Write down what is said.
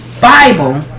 Bible